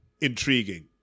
Intriguing